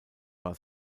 war